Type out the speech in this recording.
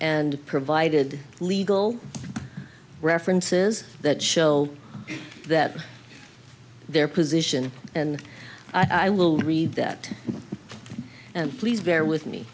and provided legal references that show that their position and i will read that and please bear with me